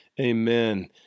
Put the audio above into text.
Amen